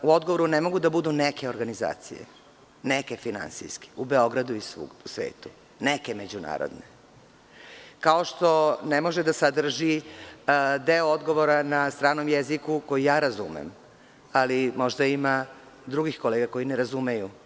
U odgovoru ne mogu da budu neke organizacije, neke finansijske, u Beogradu i svugde u svetu, neke međunarodne, kao što ne može da sadrži deo odgovora na stranom jeziku, koji ja razumem, ali možda ima drugih kolega koji ne razumeju.